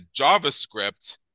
JavaScript